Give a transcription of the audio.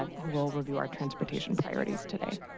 ah who will review our transportation priorities today.